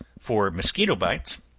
for mosquito bites,